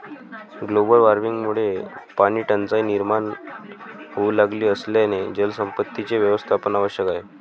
global वॉर्मिंगमुळे पाणीटंचाई निर्माण होऊ लागली असल्याने जलसंपत्तीचे व्यवस्थापन आवश्यक आहे